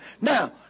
Now